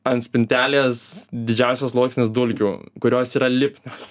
ant spintelės didžiausias sluoksnis dulkių kurios yra lipnios